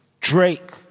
Drake